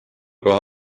kohe